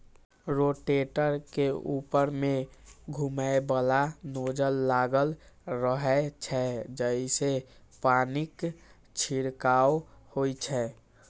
rotator के ऊपर मे घुमैबला नोजल लागल रहै छै, जइसे पानिक छिड़काव होइ छै